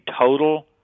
total